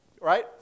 right